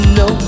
no